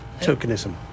Tokenism